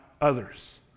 others